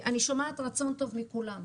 אני שומעת רצון טוב מכולם,